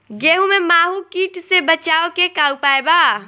गेहूँ में माहुं किट से बचाव के का उपाय बा?